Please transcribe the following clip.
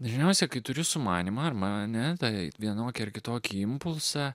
žiniose kai turiu sumanymą ar mane taip vienokį ar kitokį impulsą